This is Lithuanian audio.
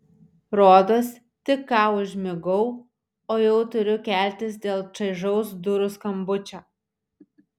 rodos tik ką užmigau o jau turiu keltis dėl čaižaus durų skambučio